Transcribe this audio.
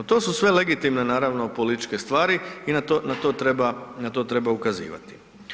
To su sve legitimne naravno političke stvari i na to treba i na to treba ukazivati.